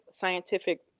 scientific